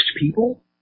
people